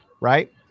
Right